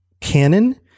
canon